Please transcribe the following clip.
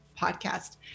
podcast